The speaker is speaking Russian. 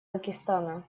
пакистана